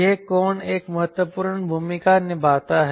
यह कोण एक महत्वपूर्ण भूमिका निभाता है